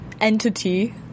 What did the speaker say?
entity